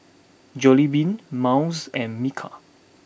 Jollibean Miles and Bika